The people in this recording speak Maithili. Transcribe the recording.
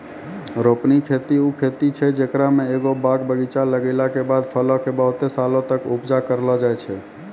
रोपनी खेती उ खेती छै जेकरा मे एगो बाग बगीचा लगैला के बाद फलो के बहुते सालो तक उपजा करलो जाय छै